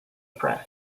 press